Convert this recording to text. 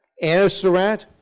anna surratt,